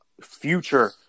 future